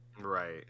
right